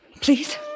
please